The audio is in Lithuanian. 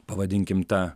pavadinkim ta